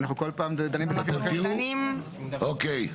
אוקיי.